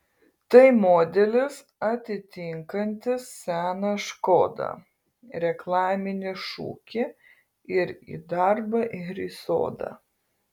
tai modelis atitinkantis seną škoda reklaminį šūkį ir į darbą ir į sodą